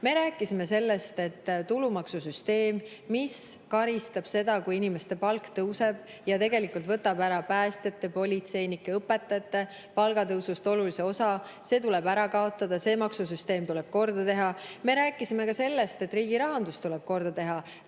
Me rääkisime sellest, et tulumaksusüsteem, mis karistab seda, kui inimeste palk tõuseb, ja tegelikult võtab ära päästjate, politseinike, õpetajate palgatõusust olulise osa, tuleb ära kaotada, maksusüsteem tuleb korda teha. Me rääkisime ka sellest, et riigirahandus tuleb korda teha.